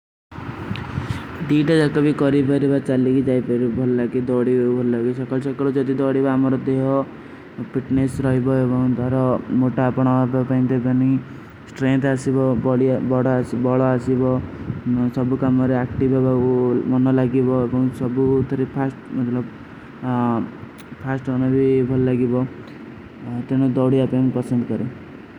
ଦୀଡେ ଜକଭୀ କରୀବାରୀ ବାଚା ଲୀଗୀ ଜାଈପେ ଭଲାକି ଦୋଡୀ ଭଲାଗୀ। ସକଲ ସକଲ ଜେଦୀ ଦୋଡୀ ବାମର ତେ ହୋ ପିଟନେଶ ରହେ ବାଈବାଂ ଦାରା ମୁଟାପନା ଆପେ ପୈଂଦେପେନୀ ଶ୍ରେଂତ ଆଶୀ ବୋଡା। ଶବ୍ବ କମରେ କରତୀ ହୈ ଵୋ ମନନା ଲେଗୀ ବୋ, ଶବ୍ବ ତରୀ ଫାସ୍ଟ ଵନନା ଭୀ ଭଲନେ ଲେଗୀ ବୋ ତେନା ଦୋଡେ ହୈବେଂ ପ୍ରସଂଡ କରେଂ।